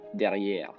derrière